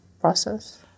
process